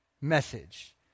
message